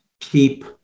keep